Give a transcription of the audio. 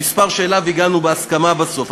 המספר שאליו הגענו בהסכמה בסוף.